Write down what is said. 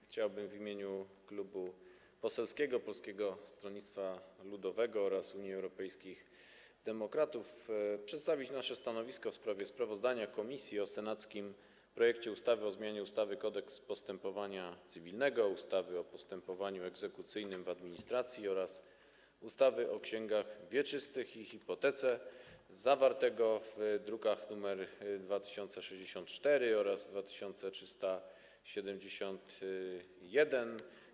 Chciałbym w imieniu Klubu Poselskiego Polskiego Stronnictwa Ludowego - Unii Europejskich Demokratów przedstawić nasze stanowisko w sprawie sprawozdania komisji o senackim projekcie ustawy o zmianie ustawy Kodeks postępowania cywilnego, ustawy o postępowaniu egzekucyjnym w administracji oraz ustawy o księgach wieczystych i hipotece, zawartym w drukach nr 2064 oraz 2371.